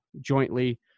jointly